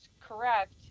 correct